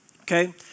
Okay